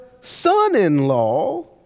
son-in-law